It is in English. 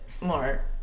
more